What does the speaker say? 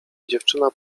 dziewczyna